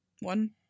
One